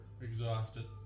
exhausted